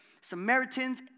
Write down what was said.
Samaritans